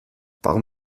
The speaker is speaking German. warum